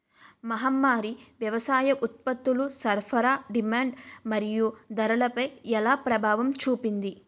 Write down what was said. మహమ్మారి వ్యవసాయ ఉత్పత్తుల సరఫరా డిమాండ్ మరియు ధరలపై ఎలా ప్రభావం చూపింది?